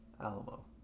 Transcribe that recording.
Alamo